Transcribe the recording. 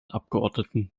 abgeordneten